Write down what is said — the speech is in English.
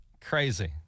crazy